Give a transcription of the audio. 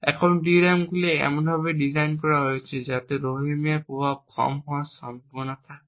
এখন DRAM গুলি এমনভাবে ডিজাইন করা হয়েছে যাতে রোহ্যামারের প্রভাব কম হওয়ার সম্ভাবনা থাকে